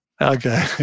Okay